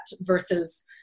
versus